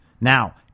Now